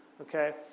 okay